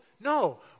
No